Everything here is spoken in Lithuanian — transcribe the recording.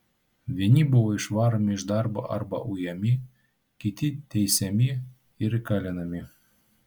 vieni buvo išvaromi iš darbo arba ujami kiti teisiami ir įkalinami